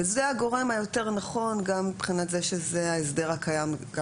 וזה הגורם היותר נכון גם מבחינת זה שזה ההסדר הקיים גם